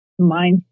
mindset